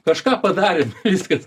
kažką padarė viskas